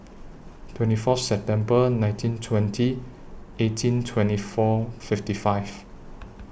twenty four September nineteen twenty eighteen twenty four fifty five